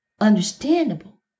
understandable